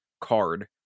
card